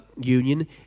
Union